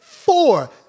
Four